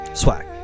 Swag